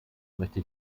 möchte